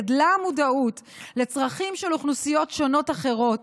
גדלה המודעות לצרכים של אוכלוסיות שונות אחרות,